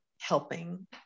helping